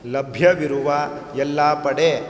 ಲಭ್ಯವಿರುವ ಎಲ್ಲ ಪಡೆ